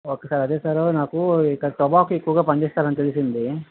okay sir అదే sir నాకు ఇక్కడ పొగాకు ఎక్కువ పండిస్తారని తెలిసింది